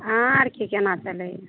अहाँ आरके केना चलैये